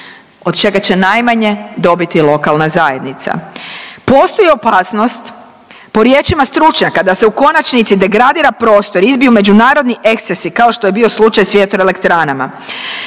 od čega će najmanje dobiti lokalna zajednica postoji opasnost po riječima stručnjaka da se u konačnici degradira prostor, izbiju međunarodni ekscesi kao što je bio slučaj s vjetroelektranama.